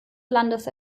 landes